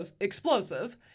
explosive